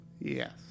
Yes